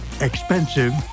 Expensive